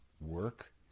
work